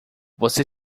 você